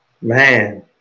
man